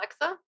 Alexa